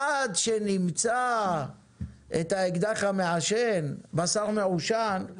עד שנמצא את האקדח המעשן, בשר מעושן,